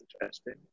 interesting